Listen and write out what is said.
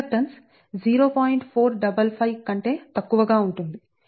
455 కంటే తక్కువగా ఉంటుంది